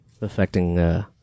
affecting